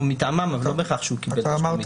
הוא מטעמם אבל לא בהכרח שהוא קיבל תשלום...